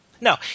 no